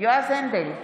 יועז הנדל,